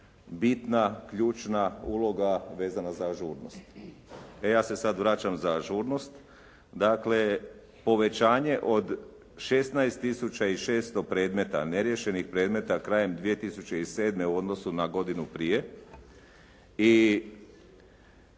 bitna, ključna uloga vezana za ažurnost. E ja se sad vraćam za ažurnost. Dakle, povećanje od 16600 predmeta, neriješenih predmeta krajem 2007. u odnosu na godinu prije i